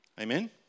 Amen